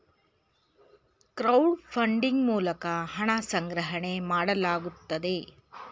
crowd funding ಮೂಲಕ ಹಣ ಸಂಗ್ರಹಣೆ ಮಾಡಲಾಗುತ್ತದೆ